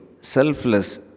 selfless